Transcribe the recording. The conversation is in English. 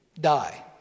die